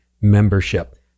membership